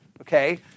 okay